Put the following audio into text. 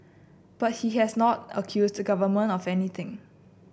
but he has not accused the Government of anything